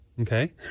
Okay